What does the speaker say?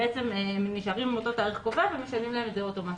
בעצם הם נשארים עם אותו תאריך קובע ומשנים להם את זה אוטומטית.